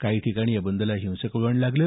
काही ठिकाणी या बंदला हिंसक वळण लागलं